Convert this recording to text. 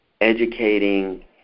educating